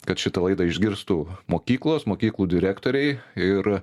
kad šitą laidą išgirstų mokyklos mokyklų direktoriai ir